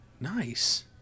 Nice